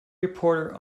reporter